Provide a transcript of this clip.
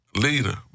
leader